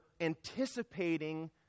anticipating